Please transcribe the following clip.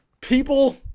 People